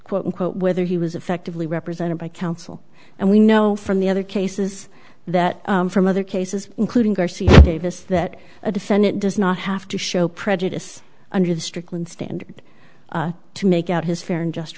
quote unquote whether he was effectively represented by counsel and we know from the other cases that from other cases including garcia davis that a defendant does not have to show prejudice under the strickland standard to make out his fair and just